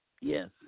Yes